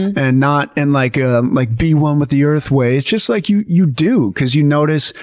and not in like a like be one with the earth way. it's just, like, you you do because you notice,